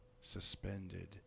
suspended